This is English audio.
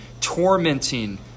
tormenting